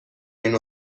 این